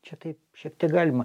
čia taip šiek tiek galima